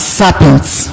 serpents